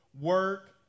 work